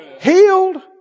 Healed